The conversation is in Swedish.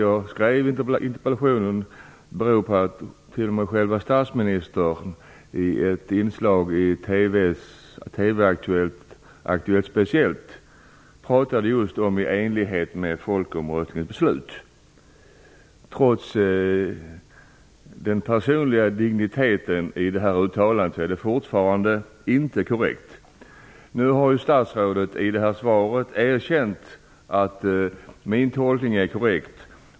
Jag skrev interpellationen på grund av att själva statsministern i ett inslag i TV:s Speciellt sade just: i enlighet med folkomröstningens beslut. Trots den personliga digniteten i det här uttalandet är det fortfarande inte korrekt. Nu har ju statsrådet i svaret erkänt att min tolkning är korrekt.